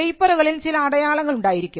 പേപ്പറുകളിൽ ചില അടയാളങ്ങൾ ഉണ്ടായിരിക്കും